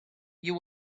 you